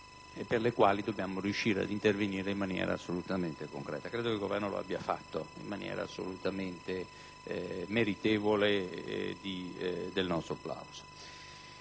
per le quali dobbiamo riuscire a intervenire in maniera concreta. Credo che il Governo l'abbia fatto in maniera assolutamente meritevole del nostro plauso.